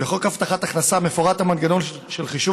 בחוק הבטחת הכנסה מפורט המנגנון של חישוב